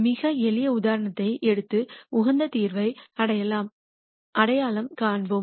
மிக எளிய உதாரணத்தை எடுத்து உகந்த தீர்வை அடையாளம் காண்போம்